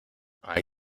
hay